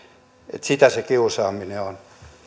että sitä se kiusaaminen on